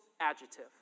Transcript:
adjective